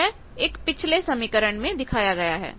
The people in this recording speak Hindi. यह एक पिछले समीकरण में दिखाया गया है